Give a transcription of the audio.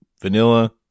vanilla